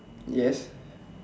yes